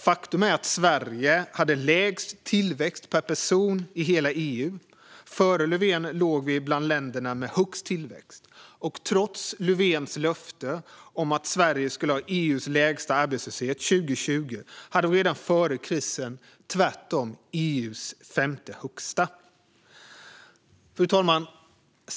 Faktum är att Sverige hade lägst tillväxt per person i hela EU. Före Löfven låg vi bland länderna med högst tillväxt. Trots Löfvens löfte om att Sverige skulle ha EU:s lägsta arbetslöshet 2020 hade vi redan före krisen tvärtom EU:s femte högsta arbetslöshet.